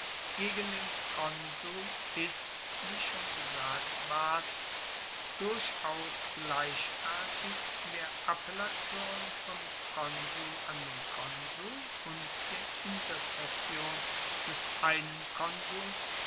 gegen den konsul ist wie schon gesagt ward durchaus gleichartig der appellation vom konsul an den konsul und der interzession des einen konsuls